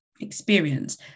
experience